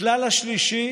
הכלל השלישי